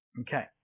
Okay